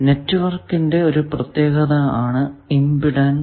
network ന്റെ ഒരു പ്രത്യേകത ആണ് ഇമ്പിഡൻസ്